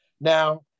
Now